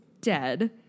dead